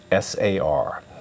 SAR